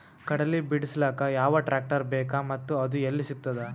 ಕಡಲಿ ಬಿಡಿಸಲಕ ಯಾವ ಟ್ರಾಕ್ಟರ್ ಬೇಕ ಮತ್ತ ಅದು ಯಲ್ಲಿ ಸಿಗತದ?